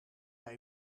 bij